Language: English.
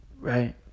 right